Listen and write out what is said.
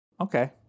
Okay